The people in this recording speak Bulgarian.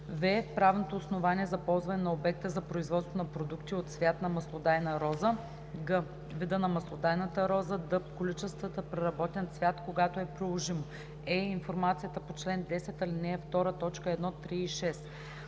в) правното основание за ползване на обекта за производство на продукти от цвят на маслодайна роза; г) вида на маслодайната роза; д) количествата преработен цвят – когато е приложимо; е) информацията по чл. 10, ал.